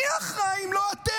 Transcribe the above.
מי אחראי אם לא אתם?